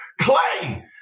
Clay